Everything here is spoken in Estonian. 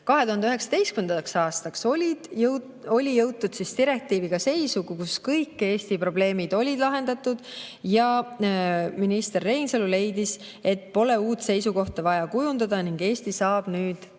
2019. aastaks oli jõutud direktiiviga seisu, kus kõik Eesti probleemid olid lahendatud, ja minister Reinsalu leidis, et uut seisukohta pole vaja kujundada ning Eesti saab nüüd direktiivi